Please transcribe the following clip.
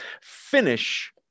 finish